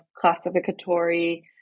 classificatory